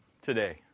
today